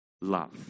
love